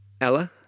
Ella